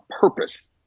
purpose